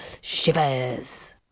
Shivers